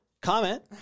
Comment